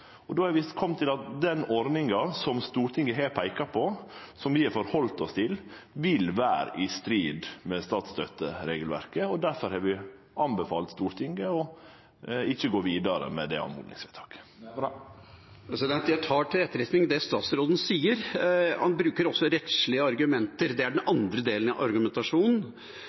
Då har vi kome til at den ordninga som Stortinget har peika på, som vi har halde oss til, vil vere i strid med statsstøtteregelverket, og difor har vi anbefalt Stortinget å ikkje gå vidare med det oppmodingsvedtaket. Jeg tar til etterretning det statsråden sier. Han bruker også rettslige argumenter – det er den andre delen av argumentasjonen